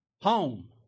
home